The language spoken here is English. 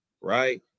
right